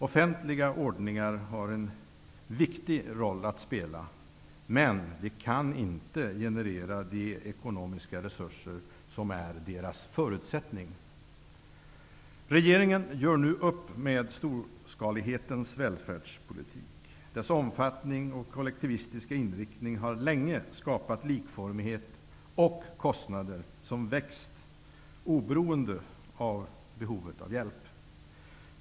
Offentliga ordningar har en viktig roll att spela, men de kan inte generera de ekonomiska resurser som är en förutsättning för dem. Regeringen gör nu upp med storskalighetens välfärdspolitik. Dess omfattning och kollektivistiska inriktning har länge skapat likformighet och kostnader som växt -- oberoende av behovet av hjälp.